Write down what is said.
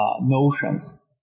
notions